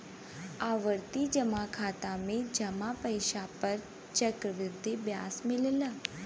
आवर्ती जमा खाता में जमा पइसा पर चक्रवृद्धि ब्याज मिलला